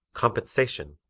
compensation